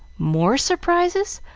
more surprises!